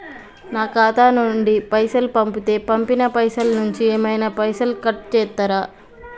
నా ఖాతా నుండి పైసలు పంపుతే పంపిన పైసల నుంచి ఏమైనా పైసలు కట్ చేత్తరా?